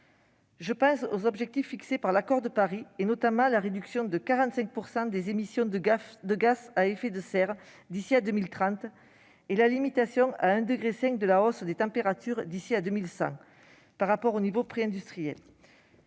Je pense aux objectifs fixés par l'accord de Paris, notamment à la réduction de 45 % des émissions de gaz à effet de serre d'ici à 2030 et à la limitation à 1,5° de la hausse des températures d'ici à 2100 par rapport aux niveaux préindustriels.